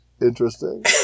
interesting